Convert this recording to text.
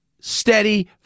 Steady